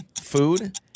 Food